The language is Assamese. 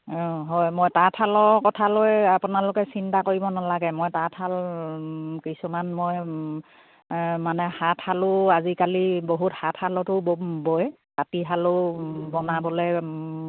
অঁ হয় মই তাঁতশালৰ কথালৈ আপোনালোকে চিন্তা কৰিব নালাগে মই তাঁতশাল কিছুমান মই মানে হাতশালো আজিকালি বহুত হাতশালতো ব বয় তাঁতিশালৰো বনাবলৈ